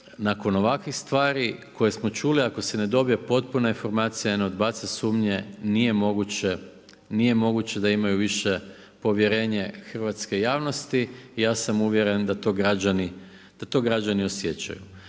nakon ovakvih stvari koje smo čuli ako se ne dobije potpuna informacija i odbace sumnje, nije moguće da imaju više povjerenje hrvatske javnosti. Ja sam uvjeren da to građani osjećaju.